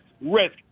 risk